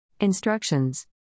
Instructions